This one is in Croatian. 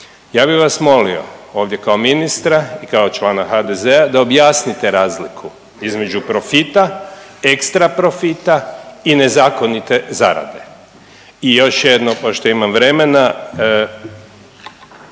Ja bih vas molio ovdje kao ministra i kao člana HDZ-a da objasnite razliku između profita, ekstra profita i nezakonite zarade. I još jedno pošto imam vremena